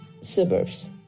suburbs